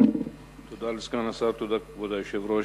תודה לסגן השר, תודה לכבוד היושב-ראש.